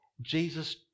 Jesus